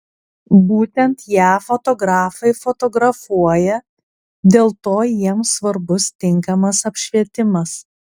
būtent ją fotografai fotografuoja dėl to jiems svarbus tinkamas apšvietimas